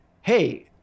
hey